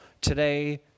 today